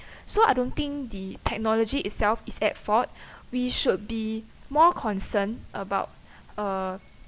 so I don't think the technology itself is at fault we should be more concerned about uh